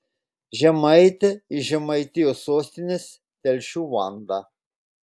žemaitė iš žemaitijos sostinės telšių vanda